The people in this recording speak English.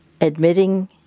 admitting